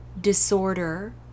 disorder